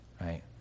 Right